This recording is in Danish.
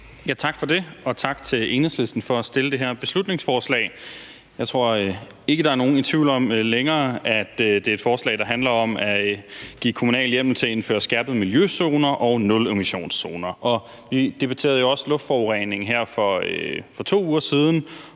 Tak for det, og tak til Enhedslisten for at have fremsat det her beslutningsforslag. Jeg tror ikke, at der er nogen, der længere er i tvivl om, at det er et forslag, der handler om at give kommunal hjemmel til at indføre skærpede miljøzoner og nulemissionszoner. Vi debatterede jo også luftforureningen for 2 uger siden,